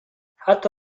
حتی